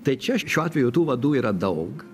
tai čia šiuo atveju tų vadų yra daug